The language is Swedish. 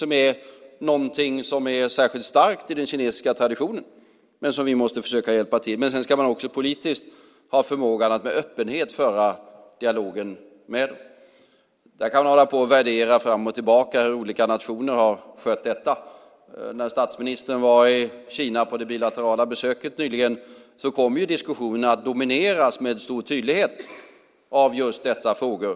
Det är inte något som är särskilt starkt i den kinesiska traditionen, men vi måste försöka hjälpa till. Sedan ska man politiskt ha förmågan att med öppenhet föra dialogen. Vi kan värdera fram och tillbaka hur olika nationer har skött detta. När statsministern nyligen var i Kina på det bilaterala besöket kom diskussionen att med stor tydlighet att domineras av dessa frågor.